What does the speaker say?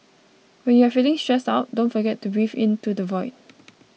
when you are feeling stressed out don't forget to breathe into the void